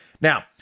Now